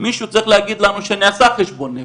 מישהו צריך להגיד לנו שנעשה חשבון נפש,